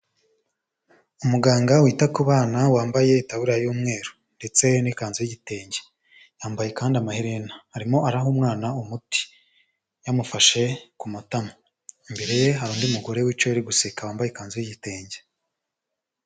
Umuganga wita ku bana wambaye itaburiya y'umweru ndetse n'ikanzu y'igitenge, yambaye kandi amaherena, arimo araha umwana umuti yamufashe ku matama, imbereye hari undi mugore wicaye uri guseka wambaye ikanzu y'igitenge.